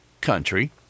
country